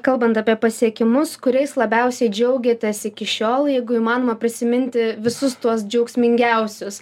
kalbant apie pasiekimus kuriais labiausiai džiaugiatės iki šiol jeigu įmanoma prisiminti visus tuos džiaugsmingiausius